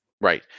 Right